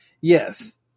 Yes